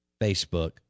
Facebook